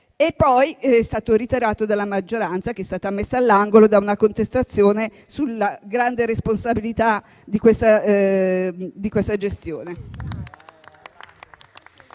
e poi ritirato dalla maggioranza, che è stata messa all'angolo da una contestazione sulla grande responsabilità di questa gestione.